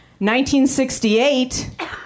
1968